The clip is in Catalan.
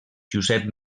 josep